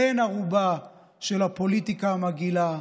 בן ערובה של הפוליטיקה המגעילה.